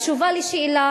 התשובה על השאלה